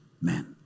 men